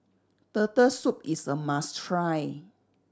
Turtle Soup is a must try